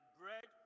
bread